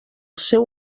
seu